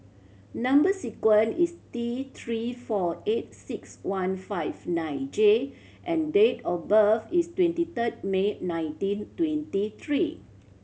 number sequence is T Three four eight six one five nine J and date of birth is twenty third May nineteen twenty three